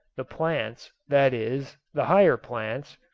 the plants, that is, the higher plants,